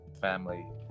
family